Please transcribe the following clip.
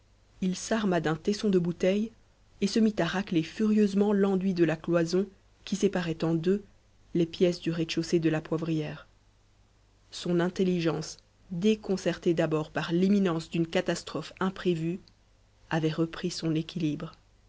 il s'arma d'un tesson de bouteille et se mit à racler furieusement l'enduit de la cloison qui séparait en deux les pièces du rez-de-chaussée de la poivrière son intelligence déconcertée d'abord par l'imminence d'une catastrophe imprévue avait repris son équilibre